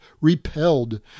repelled